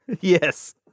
Yes